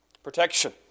Protection